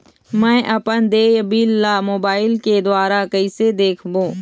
मैं अपन देय बिल ला मोबाइल के द्वारा कइसे देखबों?